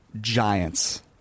Giants